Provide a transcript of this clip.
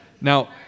Now